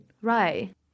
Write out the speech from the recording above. right